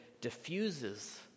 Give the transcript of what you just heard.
diffuses